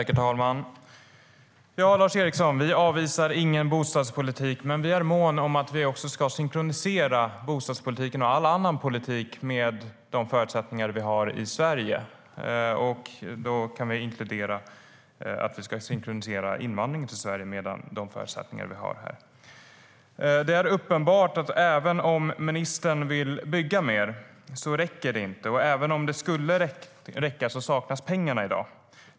Herr talman! Vi avvisar ingen bostadspolitik, Lars Eriksson, men vi är måna om att synkronisera bostadspolitiken - och all annan politik - med de förutsättningar vi har i Sverige. Då kan vi inkludera att vi ska synkronisera invandringen till Sverige med de förutsättningar vi har. Det är uppenbart att även om ministern vill bygga mer räcker det inte, och även om det skulle räcka saknas pengarna i dag.